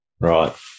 Right